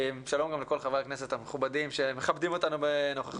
שלום גם לכל חברי הכנסת המכובדים שמכבדים אותנו בנוכחותם.